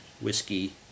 whiskey